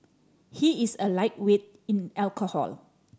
he is a lightweight in alcohol